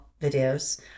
videos